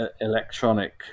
electronic